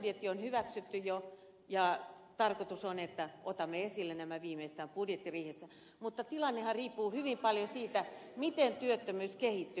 lisäbudjetti on hyväksytty jo ja tarkoitus on että otamme esille nämä viimeistään budjettiriihessä mutta tilannehan riippuu hyvin paljon siitä miten työttömyys kehittyy